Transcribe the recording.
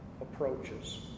approaches